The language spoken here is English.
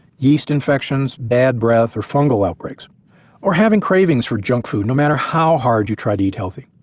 yeast infections, bad breath, or fungal outbreaks or having cravings for junk food no matter how hard you try to eat healthy.